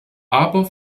aber